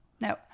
No